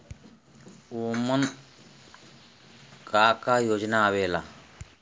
उमन का का योजना आवेला?